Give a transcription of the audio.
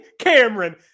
Cameron